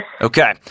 Okay